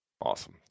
Awesome